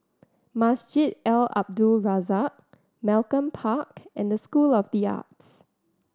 Masjid Al Abdul Razak Malcolm Park and School of The Arts